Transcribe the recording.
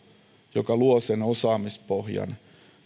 joka luo osaamispohjan